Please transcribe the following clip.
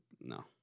No